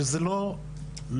שזה לא נגמר,